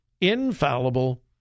infallible